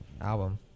album